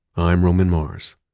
i'm roman mars